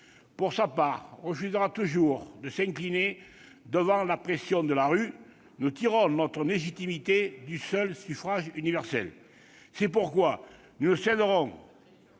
pour sa part, refusera toujours de s'incliner devant la pression de la rue. Nous tirons notre légitimité du seul suffrage universel. C'est pourquoi nous ne céderons